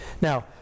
Now